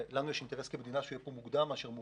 ולנו כמדינה יש אינטרס שהוא יהיה פה מוקדם ולא מאוחר.